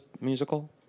musical